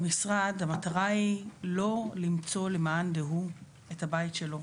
המטרה היא לא למצוא למאן דהוא את הבית שלו